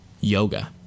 yoga